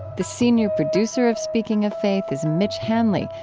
the senior producer of speaking of faith is mitch hanley,